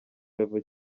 level